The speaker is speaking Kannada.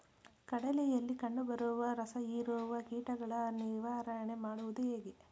ಕಡಲೆಯಲ್ಲಿ ಕಂಡುಬರುವ ರಸಹೀರುವ ಕೀಟಗಳ ನಿವಾರಣೆ ಮಾಡುವುದು ಹೇಗೆ?